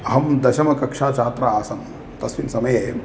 अहं दशमकक्षा छात्रा आसं तस्मिन् समये